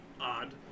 odd